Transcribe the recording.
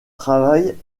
travaille